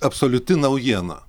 absoliuti naujiena